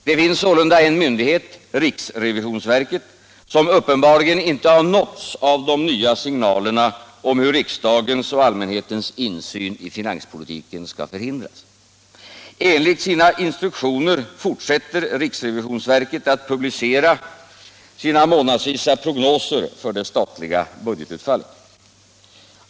Det finns sålunda en myndighet, riksrevisionsverket, som uppenbarligen inte nåtts av de nya signalerna om hur riksdagens och allmänhetens insyn i finanspolitiken skall förhindras. Enligt sina instruktioner fortsätter riksrevisionsverket att publicera sina månadsprognoser för det statliga budgetutfallet.